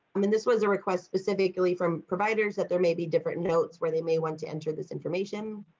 i mean, this was a request, specifically from providers that there may be different notes where they may want to enter this information.